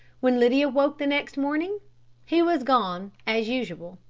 when lydia woke the next morning he was gone as usual.